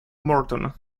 morton